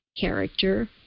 character